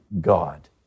God